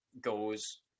goes